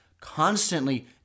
constantly